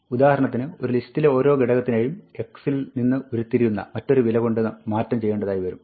ഉദാഹരണത്തിന് ഒരു ലിസ്റ്റിലെ ഓരോ ഘടകത്തിനെയും x ൽ നിന്ന് ഉരുത്തിരിയുന്ന മറ്റൊരു വിലകൊണ്ട് മാറ്റം ചെയ്യേണ്ടതായി വരാം